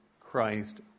Christ